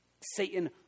Satan